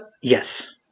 Yes